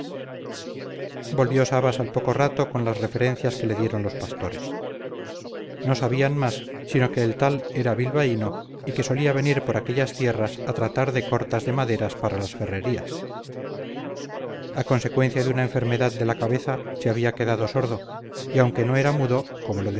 volvió sabas al poco rato con las referencias que le dieron los pastores no sabían más sino que el tal era bilbaíno y que solía venir por aquellas tierras a tratar de cortas de maderas para las ferrerías a consecuencia de una enfermedad de la cabeza se había quedado sordo y aunque no era mudo como lo